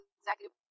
executive